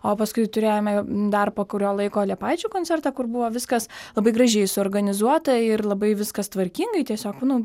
o paskui turėjome dar po kurio laiko liepaičių koncertą kur buvo viskas labai gražiai suorganizuota ir labai viskas tvarkingai tiesiog nu